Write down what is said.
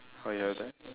oh you have that